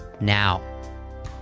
now